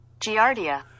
Giardia